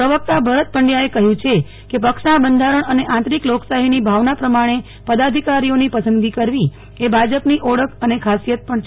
પ્રવકતા ભરત પંડ્યા કે કહ્યું છે કે પક્ષના બંધારણ અને આંતરિક લોકશાહી ની ભાવના પ્રમાણે પદાધિકારીઓ ની પસંદગી કરવી એ ભાજપ ની ઓળખ અને ખાસિયત પણ છે